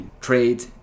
trade